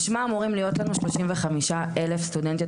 משמע אמורים להיות לנו שלושים וחמישה אלף סטודנטיות